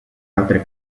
altre